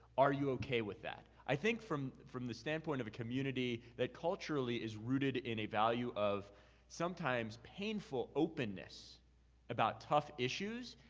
are you okay with that? i think from from the standpoint of a community that culturally is rooted in a value of sometimes painful openness about tough issues,